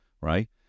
right